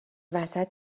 وسط